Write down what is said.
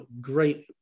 great